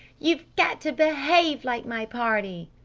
you've got to behave like my party!